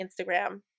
Instagram